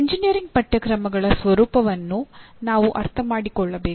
engineering ಪಠ್ಯಕ್ರಮಗಳ ಸ್ವರೂಪವನ್ನು ನಾವು ಅರ್ಥಮಾಡಿಕೊಳ್ಳಬೇಕು